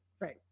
right